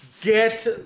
get